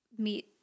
meet